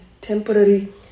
temporary